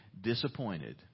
disappointed